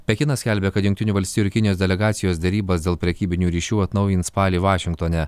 pekinas skelbia kad jungtinių valstijų ir kinijos delegacijos derybas dėl prekybinių ryšių atnaujins spalį vašingtone